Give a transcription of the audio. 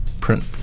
print